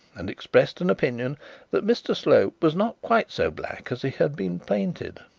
and expressed an opinion that mr slope was not quite so black as he had been painted.